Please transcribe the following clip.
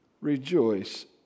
rejoice